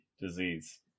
disease